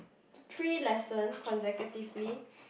three lessons consecutively